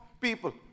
people